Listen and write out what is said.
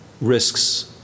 risks